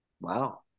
Wow